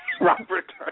Robert